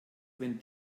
wenn